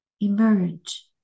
emerge